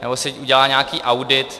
Nebo si udělá nějaký audit.